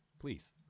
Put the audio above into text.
please